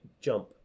jump